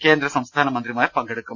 കേന്ദ്ര സം സ്ഥാന മന്ത്രിമാരും പങ്കെടുക്കും